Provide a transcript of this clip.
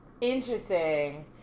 Interesting